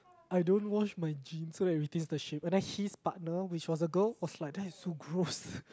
I don't wash my jeans so that it retains the shape and then his partner which was a girl was like that is so gross